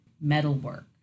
metalwork